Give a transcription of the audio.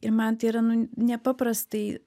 ir man tai yra nu nepaprastai